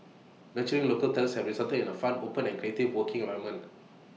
nurturing local talents has resulted in A fun open and creative working environment